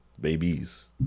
Babies